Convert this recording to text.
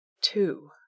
Two